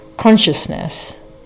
consciousness